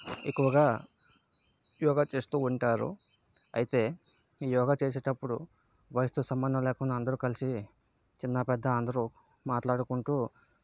ఎక్కువగా యోగా చేస్తూ ఉంటారు అయితే ఈ యోగా చేసేటప్పుడు వయసుతో సంబంధం లేకుండా అందరూ కలిసి చిన్నపెద్దా అందరూ మాట్లాడుకుంటూ